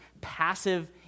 passive